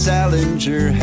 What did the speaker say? Salinger